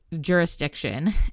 jurisdiction